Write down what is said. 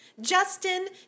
Justin